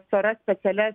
storas specialias